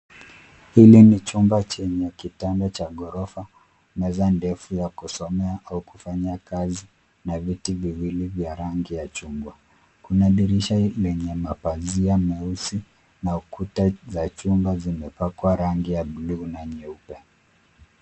Hili ni chumba chenye kitanda cha ghorofa, meza ndefu ya kusomea au kufanya kazi na viti viwili vya rangi ya chungwa. Kuna dirisha lenye mapazia meusi na ukuta za chumba zimepakwa rangi ya buluu na nyeupe.